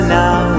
now